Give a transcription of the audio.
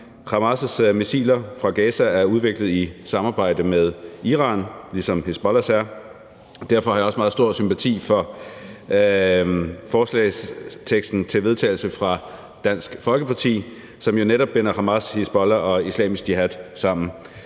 Hamas' missiler fra Gaza er udviklet i samarbejde med Iran, ligesom Hizbollahs er. Derfor har jeg også meget stor sympati for forslaget til vedtagelse fra Dansk Folkeparti, som jo netop binder Hamas, Hizbollah og Islamisk Jihad sammen.